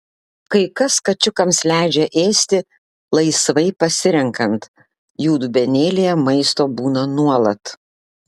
kai kas kačiukams leidžia ėsti laisvai pasirenkant jų dubenėlyje maisto būna nuolat